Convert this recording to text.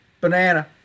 banana